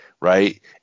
right